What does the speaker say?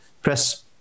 press